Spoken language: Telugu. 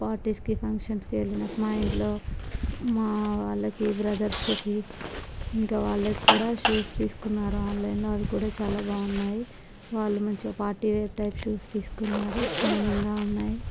పార్టీస్కి ఫంక్షన్స్కి వెళ్ళినప్పుడు మా ఇంట్లో మా వాళ్ళకి బ్రదర్స్కి ఇంకా వాళ్ళకు కూడా షూస్ తీసుకున్నారు ఆన్లైన్లో అవి కూడా చాలా బాగున్నాయి వాళ్ళు మంచిగా పార్టీవేర్ టైప్ షూస్ తీసుకున్నారు షైనింగ్గా ఉన్నాయి